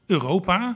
Europa